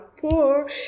poor